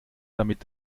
damit